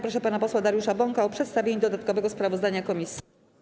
Proszę pana posła Dariusza Bąka o przedstawienie dodatkowego sprawozdania komisji.